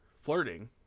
flirting